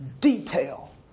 detail